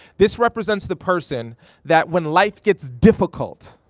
this represents the person that when life gets difficult,